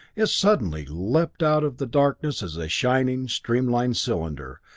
it suddenly leaped out of the darkness as a shining, streamlined cylinder,